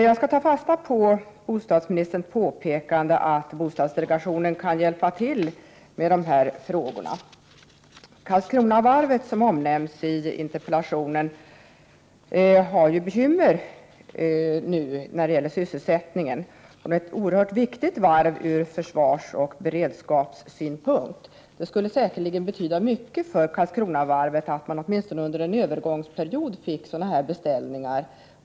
Jag tar fasta på bostadsministerns påpekande att bostadsdelegationen kan hjälpa till med dessa frågor. Karlskronavarvet, som omnämns i interpellationen, har nu bekymmer med sysselsättningen. Det gäller ett oerhört viktigt varv ur försvarsoch beredskapssynpunkt. Det skulle säkerligen betyda mycket för Karlskronavarvet att åtminstone under en övergångsperiod få brobeställningar.